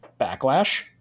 backlash